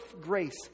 grace